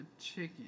chicken